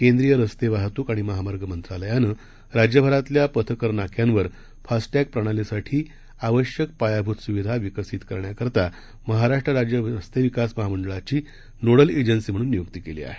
केंद्रीयरस्तेवाहतूकआणिमहामार्गमंत्रालयानंराज्यभरातल्यापथकरनाक्यांवरफास्टॅगप्रणालीसाठीआवश्यकपायाभूतसुविधाविकसितकरण्या साठीमहाराष्ट्रराज्यरस्तेविकासमहामंडळांचीनोडलएजन्सीम्हणूननियुक्तीकेलीआहे